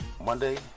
Monday